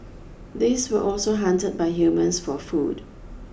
these were also hunted by humans for food